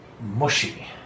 Mushy